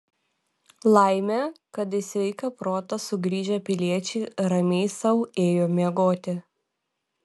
laimė kad į sveiką protą sugrįžę piliečiai ramiai sau ėjo miegoti